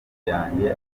yanjye